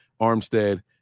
Armstead